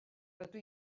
rydw